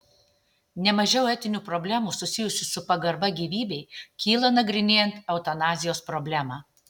ne mažiau etinių problemų susijusių su pagarba gyvybei kyla nagrinėjant eutanazijos problemą